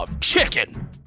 chicken